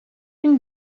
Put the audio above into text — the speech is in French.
une